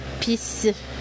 peace